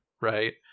right